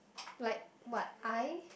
like what eye